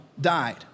died